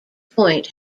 point